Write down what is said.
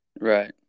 Right